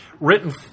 written